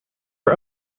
are